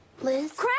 Liz